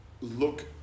look